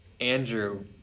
andrew